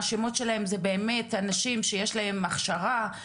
זה באמת אנשים שיש להם הכשרה,